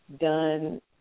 done